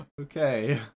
Okay